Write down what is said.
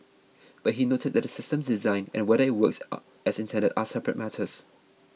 but he noted that the system's design and whether it works are as intended are separate matters